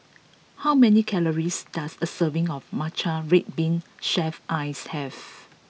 how many calories does a serving of Matcha Red Bean Shaved Ice have